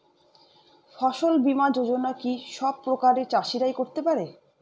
ফসল বীমা যোজনা কি সব প্রকারের চাষীরাই করতে পরে?